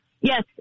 Yes